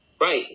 Right